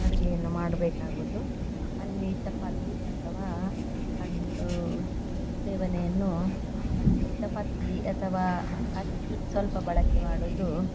ಅಡುಗೆಯನ್ನು ಮಾಡಬೇಕಾಗುವುದು ಅಲ್ಲಿ ಚಪಾತಿ ಅಥವಾ ಹಣ್ಣು ಸೇವನೆಯನ್ನು ಚಪಾತಿ ಅಥವಾ ಅಕ್ಕಿ ಸ್ವಲ್ಪ ಬಳಕೆ ಮಾಡುವುದು